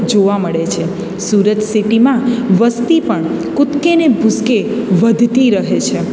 જોવા મળે છે સુરત સિટીમાં વસ્તી પણ કૂદકે ને ભૂસકે વધતી રહે છે